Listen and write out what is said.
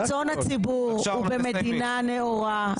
רצון הציבור הוא במדינה נאורה,